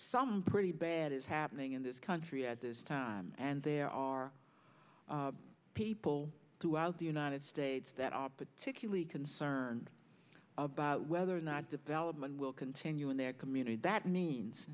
some pretty bad is happening in this country at this time and there are people throughout the united states that are particularly concerned about whether or not development will continue in their community that means